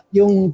yung